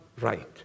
right